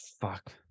fuck